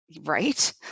Right